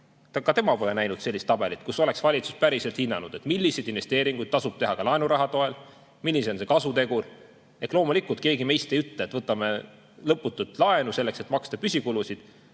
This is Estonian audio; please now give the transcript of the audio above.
ka tema pole näinud sellist tabelit, kus oleks valitsus päriselt hinnanud, milliseid investeeringuid tasub teha ka laenuraha toel, milline on see kasutegur. Loomulikult keegi meist ei ütle, et võtame lõputult laenu selleks, et maksta püsikulusid.